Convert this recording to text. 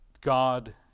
God